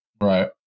Right